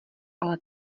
ale